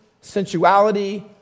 sensuality